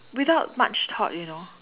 without much thought you know